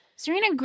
Serena